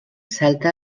salta